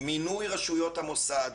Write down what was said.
מינוי רשויות המוסד,